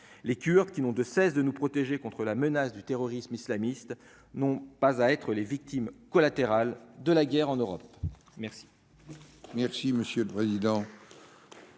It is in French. les Kurdes qui n'ont de cesse de nous protéger contre la menace du terrorisme islamiste, non pas à être les victimes collatérales de la guerre en Europe, merci.